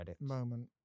moment